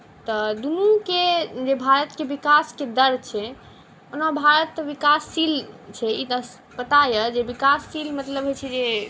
तऽ दुनूके जे भारतके विकासके जे दर छै ओना भारत विकासशील छै ई तऽ पता यए जे विकासशील मतलब होइत छै जे